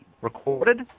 Recorded